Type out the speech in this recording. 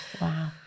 Wow